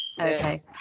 Okay